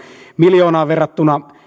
miljoonaa verrattuna